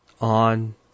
on